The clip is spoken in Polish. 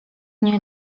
nie